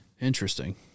Interesting